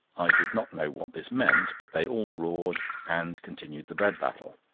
i did not know what this meant, but they all roared, and continued the bread-battle.